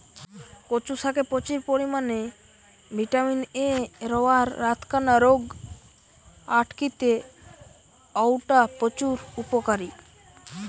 কচু শাকে প্রচুর পরিমাণে ভিটামিন এ রয়ায় রাতকানা রোগ আটকিতে অউটা প্রচুর উপকারী